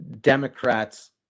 Democrats